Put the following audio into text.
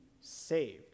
saved